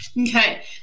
Okay